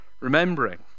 Remembering